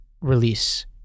release